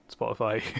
spotify